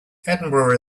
edinburgh